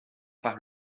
par